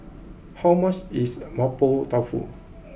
how much is Mapo Tofu